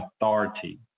authority